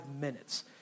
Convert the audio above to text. minutes